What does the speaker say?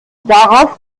darauf